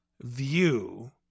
view